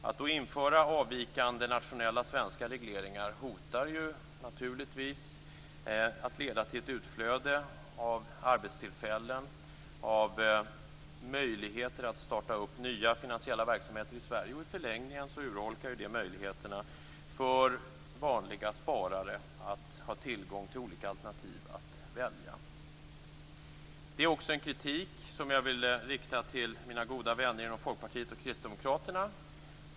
Att då införa avvikande nationella svenska regleringar hotar naturligtvis att leda till ett utflöde av arbetstillfällen, av möjligheter att starta nya finansiella verksamheter i Sverige. I förlängningen urholkar det möjligheterna för vanliga sparare att ha tillgång till olika alternativ att välja mellan. Det är också en kritik som jag vill rikta till mina goda vänner inom Folkpartiet och Kristdemokraterna.